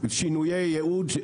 שינויי ייעוד,